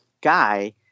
guy